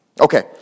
Okay